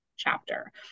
chapter